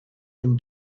him